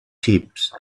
thieves